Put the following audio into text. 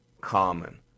common